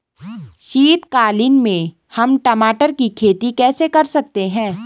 शीतकालीन में हम टमाटर की खेती कैसे कर सकते हैं?